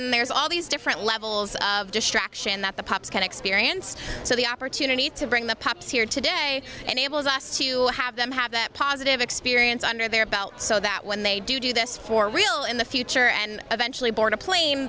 manhattan there's all these different levels of distraction that the props can experience so the opportunity to bring the pops here today enables us to have them have that positive experience under their belt so that when they do do this for real in the future and eventually board a plane